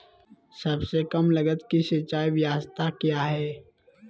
सबसे कम लगत की सिंचाई ब्यास्ता क्या है?